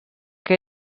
que